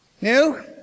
New